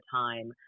time